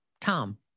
Tom